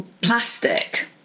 plastic